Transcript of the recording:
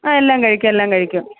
ആ എല്ലാം കഴിക്കും എല്ലാം കഴിക്കും